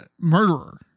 murderer